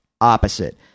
opposite